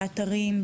באתרים,